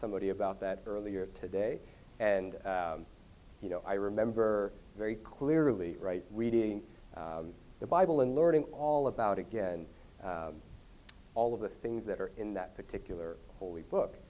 somebody about that earlier today and you know i remember very clearly reading the bible and learning all about again all of the things that are in that particular holy book